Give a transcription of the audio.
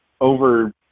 over